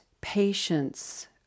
patience